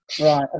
Right